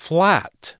Flat